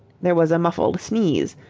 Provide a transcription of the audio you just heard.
there was a muffled sneeze,